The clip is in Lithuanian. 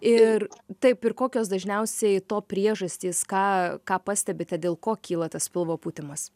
ir taip ir kokios dažniausiai to priežastys ką ką pastebite dėl ko kyla tas pilvo pūtimas